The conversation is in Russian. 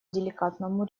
деликатному